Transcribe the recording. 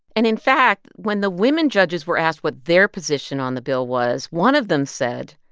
and, in fact, when the women judges were asked what their position on the bill was, one of them said,